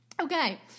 Okay